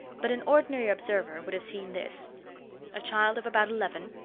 but an ordinary observer would have seen this a child of about eleven,